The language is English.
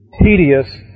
tedious